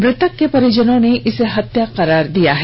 मृतक के परिजनों ने इसे हत्या करार दिया है